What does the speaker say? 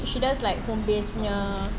she does like home-based punya